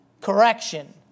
Correction